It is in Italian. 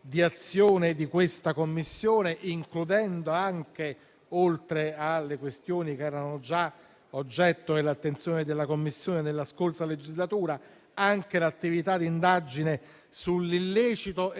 di azione di questa Commissione, includendo, oltre alle questioni che erano già oggetto di attenzione della Commissione nella scorsa legislatura, anche l'attività d'indagine sull'illecito